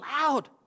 loud